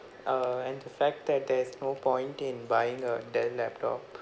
err and the fact that there is no point in buying a Dell laptop